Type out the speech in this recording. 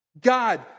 God